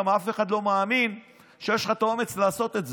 כי אף אחד לא מאמין שיש לך את האומץ לעשות את זה.